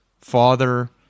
father